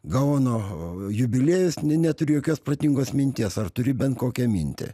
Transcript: gaono jubiliejus ne neturi jokios protingos minties ar turi bent kokią mintį